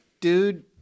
dude